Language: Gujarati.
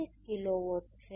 37 કિલોવોટ છે